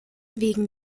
wegen